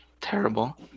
terrible